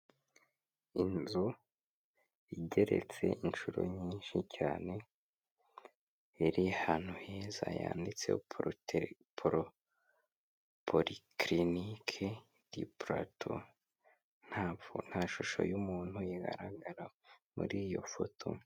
inzu igeretse inshuro nyinshi cyane iri ahantu heza yanditseho porotero "polyclinic du plato" nta shusho yumuntu igaragara muri iyo foto